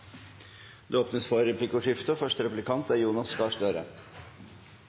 Det åpnes for replikkordskifte